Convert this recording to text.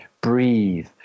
breathe